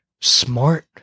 smart